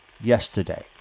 yesterday